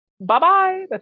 bye-bye